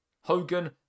Hogan